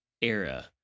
era